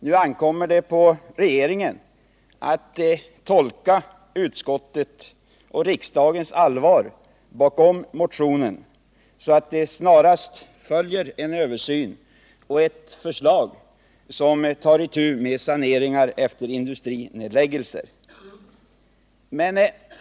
Nu ankommer det på regeringen att tolka utskottets och riksdagens allvar bakom motionen, så att det snarast följer en översyn och ett förslag som tar itu med saneringar efter industrinedläggelserna.